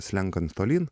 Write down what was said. slenkant tolyn